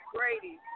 Grady